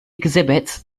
exhibits